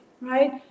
right